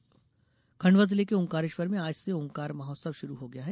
ओंकार महोत्सव खण्डवा जिले के ओंकारेश्वर में आज से ओंकार महोत्सव शुरू हो गया है